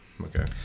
Okay